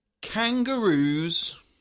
Kangaroos